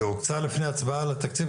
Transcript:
זה הוקצה לפני ההצבעה לתקציב,